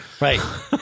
Right